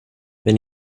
wenn